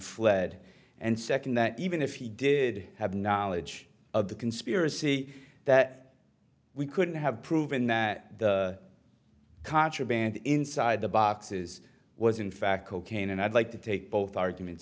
fled and second that even if he did have knowledge of the conspiracy that we couldn't have proven that the contraband inside the boxes was in fact cocaine and i'd like to take both arguments